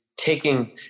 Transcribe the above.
Taking